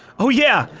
oh yeah!